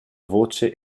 voce